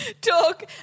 talk